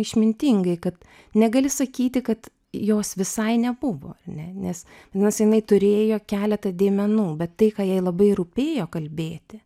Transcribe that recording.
išmintingai kad negali sakyti kad jos visai nebuvo nes nors jinai turėjo keletą dėmenų bet tai ką jai labai rūpėjo kalbėti